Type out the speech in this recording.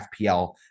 FPL